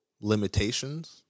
limitations